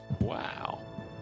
Wow